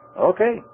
Okay